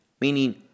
meaning